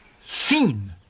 seen